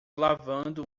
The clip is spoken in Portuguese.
lavando